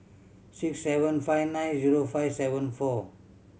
six seven five nine zero five seven four